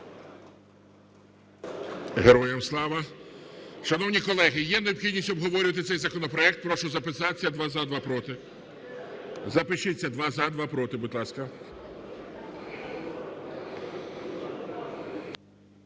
Героям слава! Шановні колеги, є необхідність обговорювати цей законопроект? Прошу записатися: два – за, два – проти. Запишіться: два – за, два – проти, будь ласка.